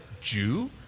Jew